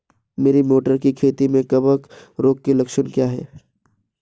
मेरी मटर की खेती में कवक रोग के लक्षण क्या हैं?